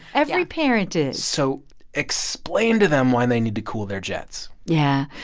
every parent is so explain to them why they need to cool their jets yeah.